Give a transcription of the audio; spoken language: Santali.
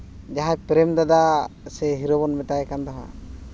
ᱡᱟᱦᱟᱸᱭ ᱯᱨᱮᱹᱢ ᱫᱟᱫᱟ ᱥᱮ ᱦᱤᱨᱳ ᱵᱚᱱ ᱢᱮᱛᱟᱭ ᱠᱟᱱ ᱫᱚ ᱦᱟᱸᱜ